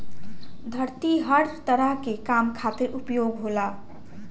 धरती हर तरह के काम खातिर उपयोग होला